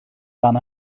dan